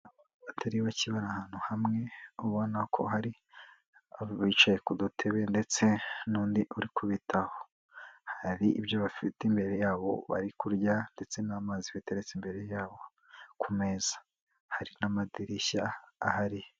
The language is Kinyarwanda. Abatari bake bari ahantu hamwe, ubona ko hari bicaye ku dutebe, ndetse n'undi uri kubitaho, hari ibyo bafite imbere yabo bari kurya, ndetse n'amazi bateretse imbere yabo ku meza, hari n'amadirishya ahari.